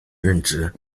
任职